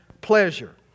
pleasure